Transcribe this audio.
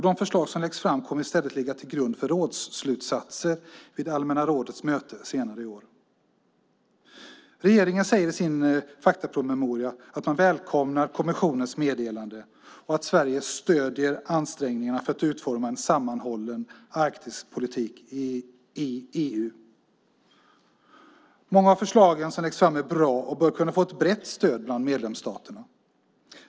De förslag som läggs fram kommer i stället att ligga till grund för rådsslutsatser vid allmänna rådets möte senare i år. Regeringen säger i sin faktapromemoria att man välkomnar kommissionens meddelande och att Sverige stöder ansträngningarna för att utforma en sammanhållen Arktispolitik i EU. Många av förslagen som läggs fram är bra och bör kunna få ett brett stöd bland medlemsstaterna.